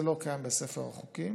זה לא קיים בספר החוקים.